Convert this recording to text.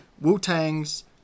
wu-tang's